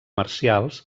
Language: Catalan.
marcials